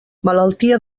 malaltia